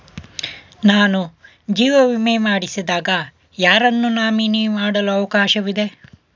ನಾನು ಜೀವ ವಿಮೆ ಮಾಡಿಸಿದಾಗ ಯಾರನ್ನು ನಾಮಿನಿ ಮಾಡಲು ಅವಕಾಶವಿದೆ?